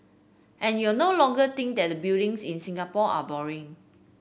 and you no longer think that the buildings in Singapore are boring